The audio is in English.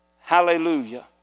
Hallelujah